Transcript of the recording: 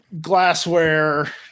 glassware